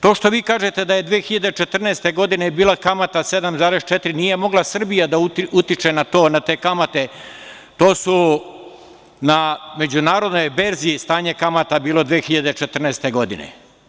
To što vi kažete da je 2014. godine je bila kamata 7,4, nije mogla Srbija da utiče na te kamate, na međunarodnoj berzi je stanje kamata bilo tako 2014. godine.